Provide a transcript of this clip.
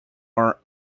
are